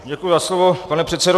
Děkuji za slovo, pane předsedo.